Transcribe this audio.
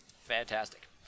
Fantastic